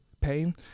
Pain